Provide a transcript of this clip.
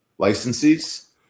licensees